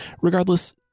Regardless